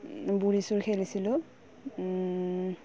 বুঢ়ী চোৰ খেলিছিলোঁ